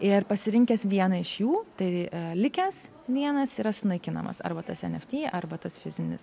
ir pasirinkęs vieną iš jų tai likęs vienas yra sunaikinamas arba tas en ef tį arba tas fizinis